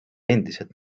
endiselt